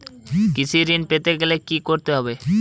কৃষি ঋণ পেতে গেলে কি করতে হবে?